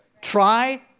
Try